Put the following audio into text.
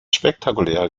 spektakuläre